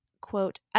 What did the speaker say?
quote